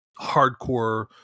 hardcore